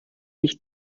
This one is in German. ich